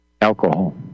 Alcohol